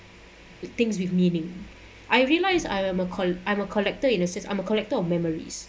the things with meaning I realise I'm a I'm a collector in a sense I'm a collector of memories